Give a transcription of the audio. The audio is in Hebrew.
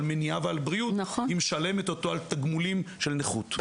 מניעה ועל בריאות היא משלמת אותו על תגמולים של נכות,